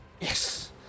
yes